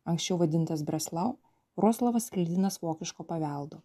anksčiau vadintas breslau vroclavas sklidinas vokiško paveldo